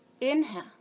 Inhale